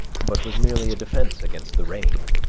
but was merely a defence against the rain,